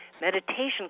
meditation